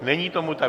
Není tomu tak.